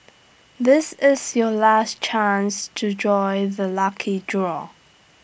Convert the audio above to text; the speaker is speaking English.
this is your last chance to join the lucky draw